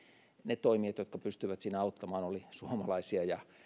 ne toimijat jotka pystyivät siinä auttamaan olivat suomalaisia ja